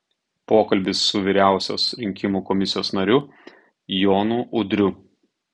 pokalbis su vyriausios rinkimų komisijos nariu jonu udriu